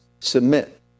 Submit